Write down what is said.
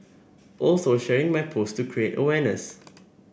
also sharing my post to create awareness